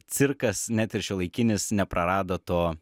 cirkas net ir šiuolaikinis neprarado to